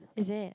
is it